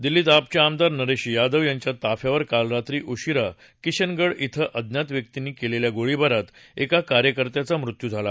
दिल्लीत आपचे आमदार नरेश यादव यांच्या ताफ्यावर काल रात्री उशिरा किशनगड इं अज्ञात व्यक्तींनी केलेल्या गोळीबारात एका कार्यकर्त्याचा मृत्यू झाला